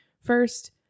first